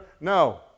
No